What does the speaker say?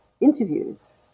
interviews